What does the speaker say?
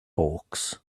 hawks